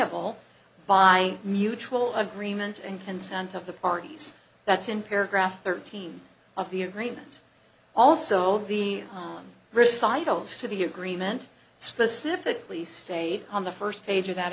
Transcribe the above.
e by mutual agreement and consent of the parties that's in paragraph thirteen of the agreement also the recitals to the agreement specifically state on the first page of that